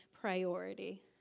priority